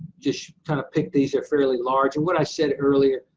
just kind of picked these, they're fairly large, and what i said earlier,